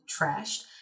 trashed